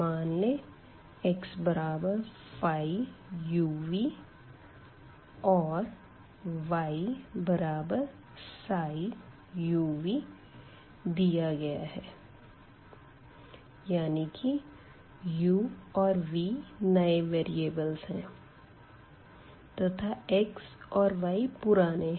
मान लें xuv और yψuvदिया गया है यानी की u और v नए वेरीअबल है तथा x और y पुराने है